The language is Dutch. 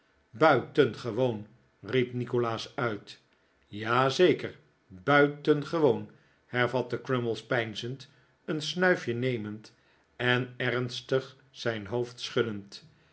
buitengewoon riep nikolaas uit ja zeker buitengewoon hervatte crummies peinzend een snuifje nemend en ernstig zijn hoofd schuddend